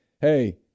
Hey